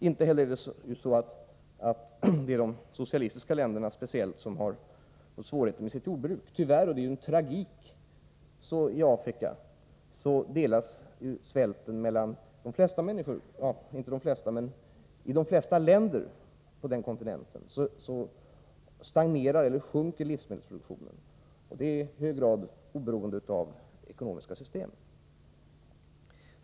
Inte heller är det speciellt de socialistiska länderna som har svårigheter med sitt jordbruk. Tyvärr — och det är en tragik — drabbar svälten i Afrika de flesta av länderna på den kontinenten, och livsmedelsproduktionen stagnerar eller sjunker där i hög grad oberoende av ekonomiskt system.